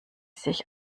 sich